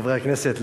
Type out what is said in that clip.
חברי הכנסת,